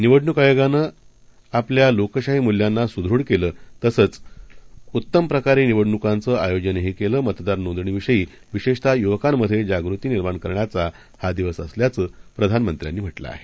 निवडणूकआयोगानंआपल्यालोकशाहीमूल्यांनासुदृढकेलं तसंचउत्तमप्रकारेनिवडणुकांचंआयोजनदेखीलकेलं मतदारनोंदणीविषयीविशेषतःयुवकांमध्येजागृतीनिर्माणकरण्याचाहादिवसअसल्याचंप्रधानमंत्र्यांनीम्हटलंआहे